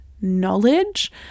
knowledge